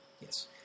yes